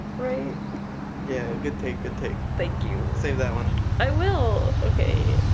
right? yeah good take good take thank you save that one i will okay,